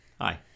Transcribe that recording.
Hi